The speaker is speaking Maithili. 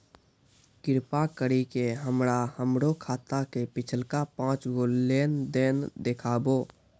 कृपा करि के हमरा हमरो खाता के पिछलका पांच गो लेन देन देखाबो